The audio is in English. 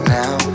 now